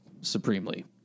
supremely